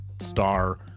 Star